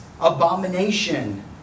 Abomination